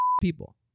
people